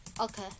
Okay